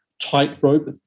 tightrope